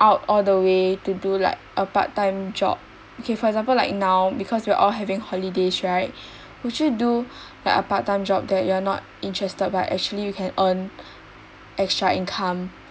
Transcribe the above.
out all the way to do like a part time job okay for example like now because we're all having holidays right would you do like a part time job that you are not interested but actually you can earn extra income